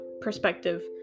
perspective